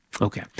Okay